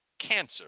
cancer